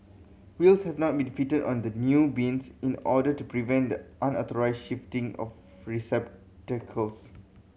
wheels have not been fitted on the new bins in order to prevent the unauthorised shifting of receptacles